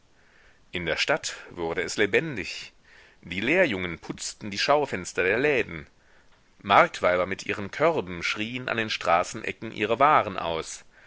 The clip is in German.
in der stadt wurde es lebendig die lehrjungen putzten die schaufenster der läden marktweiber mit körben schrien an den straßenecken ihre waren aus